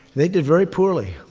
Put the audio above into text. they did very poorly.